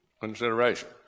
consideration